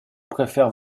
préfère